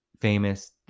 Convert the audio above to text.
famous